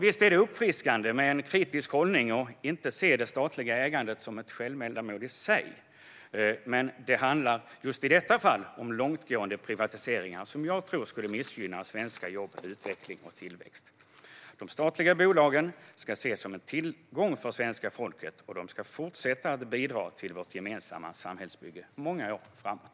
Visst är det uppfriskande med en kritisk hållning och att inte se det statliga ägandet som ett självändamål. Men i detta fall handlar det om långtgående privatiseringar som jag tror skulle missgynna svenska jobb, utveckling och tillväxt. De statliga bolagen ska ses som en tillgång för svenska folket, och de ska fortsätta att bidra till vårt gemensamma samhällsbygge många år framåt.